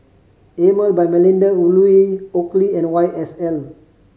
Emel by Melinda Looi Oakley and Y S L